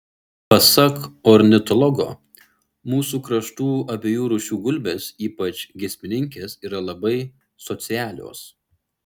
pasak ornitologo mūsų kraštų abiejų rūšių gulbės ypač giesmininkės yra labai socialios